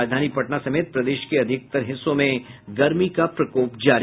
और राजधानी पटना समेत प्रदेश के अधिकतर हिस्सों में गर्मी का प्रकोप जारी